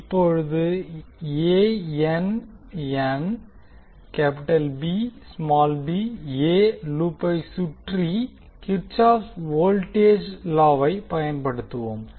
இப்போது எஎஎன்பிபிஎ லூப்பைச் சுற்றி Kirchhoff voltage law kirchoff's voltage law வை பயன்படுத்துவோம்